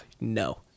no